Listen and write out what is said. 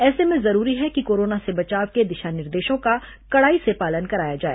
ऐसे में जरूरी है कि कोरोना से बचाव के दिशा निर्देशों का कड़ाई से पालन कराया जाए